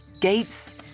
gates